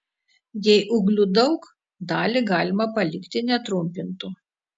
jei ūglių daug dalį galima palikti netrumpintų